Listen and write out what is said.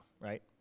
right